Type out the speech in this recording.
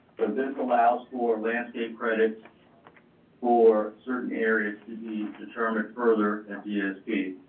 this allows for landscape credits for certain areas to be determined further at dsp,